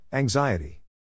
Anxiety